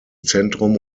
zentrum